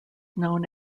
known